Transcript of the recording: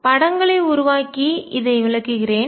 படங்களை உருவாக்கி இதை விளக்குகிறேன்